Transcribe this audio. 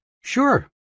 Sure